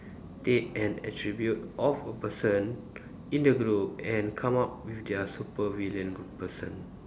take an attribute of a person in the group and come up with their supervillain person